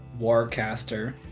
Warcaster